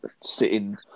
Sitting